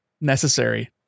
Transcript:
necessary